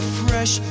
fresh